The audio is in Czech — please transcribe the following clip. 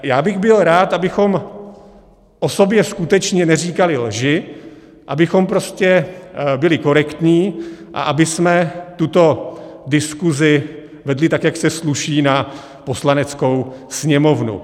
Já bych byl rád, abychom o sobě skutečně neříkali lži, abychom prostě byli korektní a abychom tuto diskusi vedli tak, jak se sluší na Poslaneckou sněmovnu.